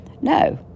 No